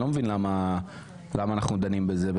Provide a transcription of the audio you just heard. אני לא מבין למה אנחנו דנים בזה.